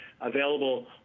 available